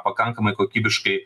pakankamai kokybiškai